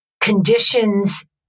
conditions